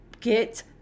get